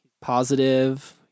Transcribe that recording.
positive